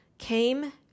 came